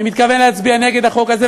אני מתכוון להצביע נגד החוק הזה,